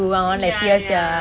ya ya